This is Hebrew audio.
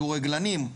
הכדורגלנים.